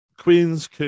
Queen's